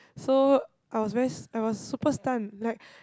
so I was very I was super stunned like